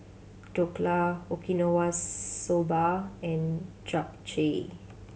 Dhokla Okinawa Soba and Japchae